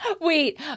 Wait